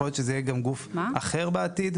יכול להיות שזה יהיה גם גוף אחר בעתיד.